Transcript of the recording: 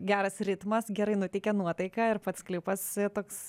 geras ritmas gerai nuteikia nuotaiką ir pats klipas toks